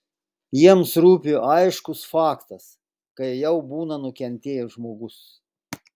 jiems rūpi aiškus faktas kai jau būna nukentėjęs žmogus